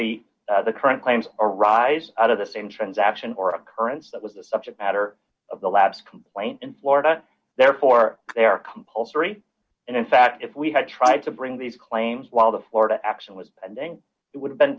that the current claims arise out of the same transaction or occurrence that was the subject matter of the last complaint in florida therefore they are compulsory and in fact if we had tried to bring these claims while the florida action was and then it would have been